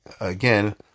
again